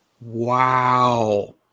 Wow